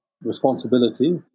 responsibility